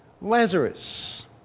Lazarus